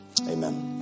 Amen